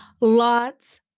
Lot's